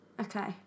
Okay